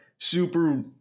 super